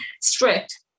strict